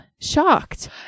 shocked